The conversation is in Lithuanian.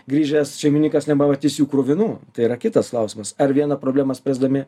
grįžęs šeimininkas nepamatys jų kruvinų tai yra kitas klausimas ar vieną problemą spręsdami